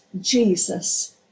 Jesus